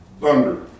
Thunder